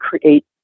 create